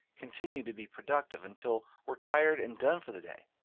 continue to be productive until we're tired and done for the day.